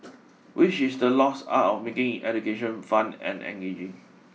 which is the lost art of making education fun and engaging